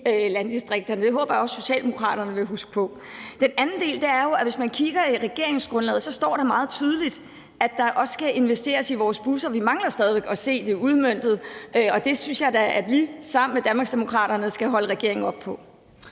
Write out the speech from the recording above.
i landdistrikterne. Det håber jeg også at Socialdemokraterne vil huske på. Den anden del er jo, at hvis man kigger i regeringsgrundlaget, står der meget tydeligt, at der også skal investeres i vores busser. Vi mangler stadig væk at se det udmøntet, og det synes jeg da at vi sammen med Danmarksdemokraterne skal holde regeringen op på.